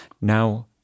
now